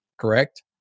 Correct